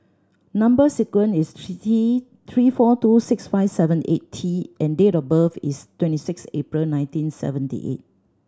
number sequence is T Three four two six five seven eight T and date of birth is twenty six April nineteen seventy eight